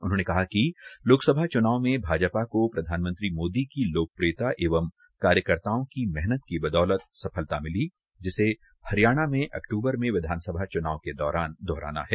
उन्होंने कहा कि लोकसभा च्नाव में भाजपा को प्रधानमंत्री मोदी की लोकप्रियता एवं कार्यकर्ताओं की मेहनत की बदौलत सफलता मिली है जिसे हरियाणा में अक्तूबर में विधानसभा चुनाव के दौरान दोहराना है